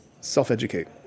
self-educate